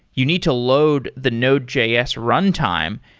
you need to load the node js runtime.